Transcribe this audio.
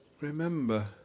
remember